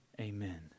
amen